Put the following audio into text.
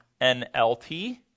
NLT